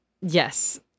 Yes